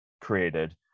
created